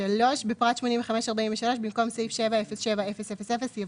בפרט 85.43, במקום סעיף 707000 יבוא: